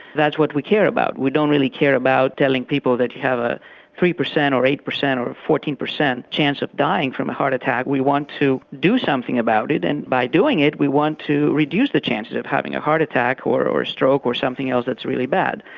that's what we care about, we don't really care about telling people that they have a three percent or eight percent or or fourteen percent chance of dying from a heart attack, we want to do something about it and by doing it we want to reduce the chances of having a heart attack or a stroke or something else that's really bad.